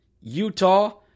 Utah